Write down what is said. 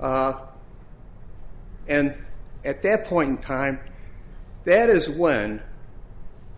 k and at that point in time that is when